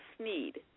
Sneed